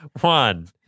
one